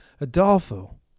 Adolfo